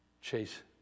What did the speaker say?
chase